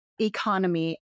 economy